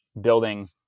building